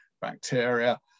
bacteria